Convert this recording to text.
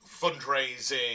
fundraising